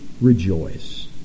rejoice